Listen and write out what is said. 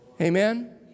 Amen